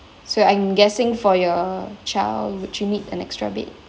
so I'm guessing for your child would you need an extra bed